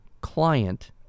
client